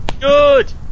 Good